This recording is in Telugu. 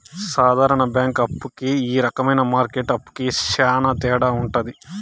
సాధారణ బ్యాంక్ అప్పు కి ఈ రకమైన మార్కెట్ అప్పుకి శ్యాన తేడా ఉంటది